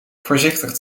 voorzichtig